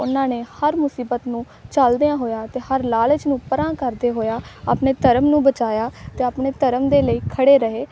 ਉਹਨਾਂ ਨੇ ਹਰ ਮੁਸੀਬਤ ਨੂੰ ਝੱਲਦਿਆਂ ਹੋਇਆਂ ਅਤੇ ਹਰ ਲਾਲਚ ਨੂੰ ਪਰਾਂ ਕਰਦੇ ਹੋਇਆ ਆਪਣੇ ਧਰਮ ਨੂੰ ਬਚਾਇਆ ਅਤੇ ਆਪਣੇ ਧਰਮ ਦੇ ਲਈ ਖੜ੍ਹੇ ਰਹੇ